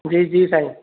जी जी साईं